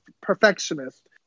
perfectionist